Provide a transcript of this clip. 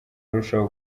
arushaho